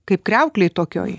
kaip kriauklėj tokioj